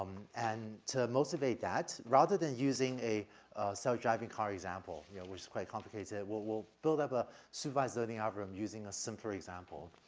um and to motivate that, rather than using a self-driving car example which is quite complicated, we'll we'll build up a supervised learning algorithm using a simpler example.